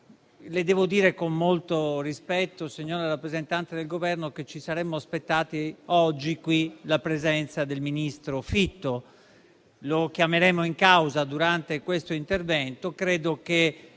Le devo dire con molto rispetto, signora rappresentante del Governo, che ci saremmo aspettati oggi la presenza del ministro Fitto. Lo chiameremo in causa durante questo intervento. Credo che